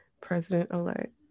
President-elect